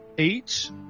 Eight